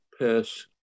pass